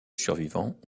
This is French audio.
survivants